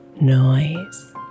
noise